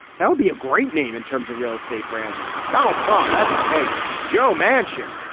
that would be a great name in terms of real estate branding, donald trump. that's ok. but joe manchin,